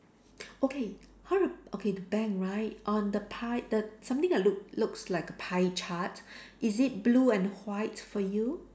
okay how a~ okay the bank right on the pie the something that look looks like a pie chart is it blue and white for you